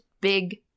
big